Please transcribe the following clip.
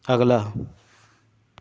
ਅਗਲਾ